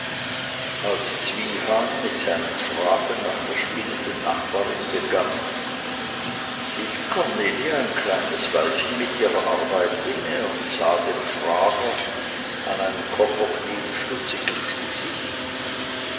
als zwiehan mit seinen fragen nach der spinnenden nachbarin begann hielt cornelia ein kleines weilchen mit ihrer arbeit inne und sah dem frager an einem koffer kniend stutzig ins gesicht